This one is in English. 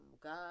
God